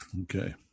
Okay